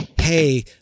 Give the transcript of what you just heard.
Hey